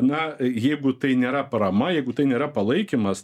na jeigu tai nėra parama jeigu tai nėra palaikymas